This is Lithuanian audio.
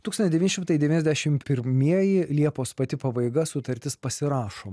tūkstantis devyni šimtai devyniasdešimt pirmieji liepos pati pabaiga sutartis pasirašoma